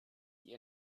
die